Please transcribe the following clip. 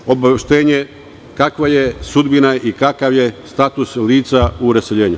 Tražim obaveštenje – kakva je sudbina i kakav je status lica u raseljenju?